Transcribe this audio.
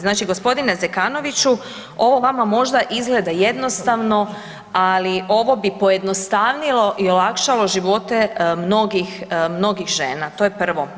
Znači, g. Zekanoviću, ovo vama možda izgleda jednostavno ali ovo bi pojednostavilo i olakšalo živote mnogih žena, to je prvo.